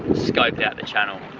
scope out the channel